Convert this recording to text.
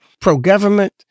pro-government